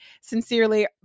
Sincerely